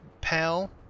Pal